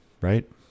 Right